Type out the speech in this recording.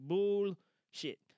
Bullshit